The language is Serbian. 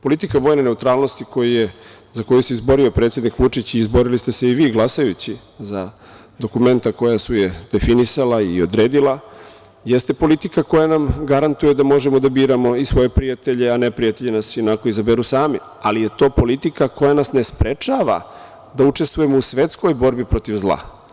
Politika vojne neutralnosti za koju se izborio predsednik Vučić i izborili ste se i vi glasajući za dokumenta koja su je definisala i odredila, jeste politika koja nam garantuje da možemo da biramo i svoje prijatelje, a neprijatelji nas i onako izaberu sami, ali je to politika koja nas ne sprečava da učestvujemo u svetskoj borbi protiv zla.